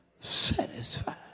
satisfied